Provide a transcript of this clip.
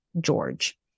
George